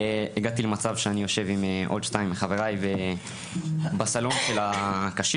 הגעתי למצב שאני יושב עם עוד שניים מחבריי בסלון של הקשיש,